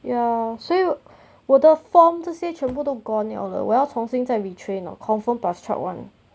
ya 所以我的 form 这些全部都 gone liao 的我要重新在 re-train oh confirm plus chop one